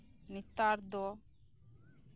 ᱱᱮᱛᱟ ᱫᱚ